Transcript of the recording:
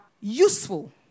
useful